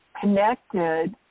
connected